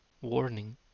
warning